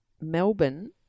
Melbourne